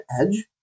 edge